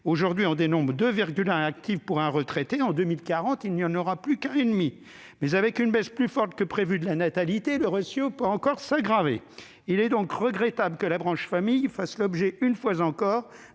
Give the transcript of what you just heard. Aujourd'hui, on dénombre 2,1 actifs pour un retraité ; en 2040, il n'y en aura plus que 1,5, mais, avec une baisse de la natalité plus forte que prévu, ce ratio pourrait encore s'aggraver. Il est donc regrettable que la branche famille fasse l'objet, une fois encore,